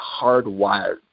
hardwired